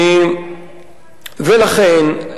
ולכן,